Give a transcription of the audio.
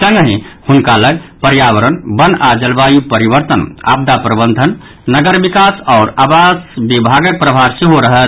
संगहि हुनका लग पर्यावरण वन आ जलवायु परिवर्तन आपदा प्रबंधन नगर विकास आओर आवास विभागक प्रभार सेहो रहत